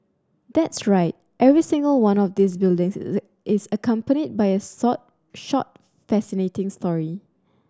that's right every single one of these buildings is accompanied by a sort short fascinating story